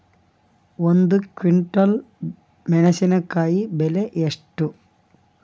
ಒಂದು ಕ್ವಿಂಟಾಲ್ ಮೆಣಸಿನಕಾಯಿ ಬೆಲೆ ಎಷ್ಟು?